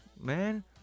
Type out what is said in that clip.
man